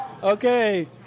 Okay